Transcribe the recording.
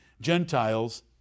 Gentiles